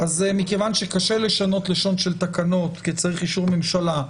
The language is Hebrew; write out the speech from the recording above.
אז מכיוון שקשה לשנות לשון של תקנות כי צריך אישור ממשלה,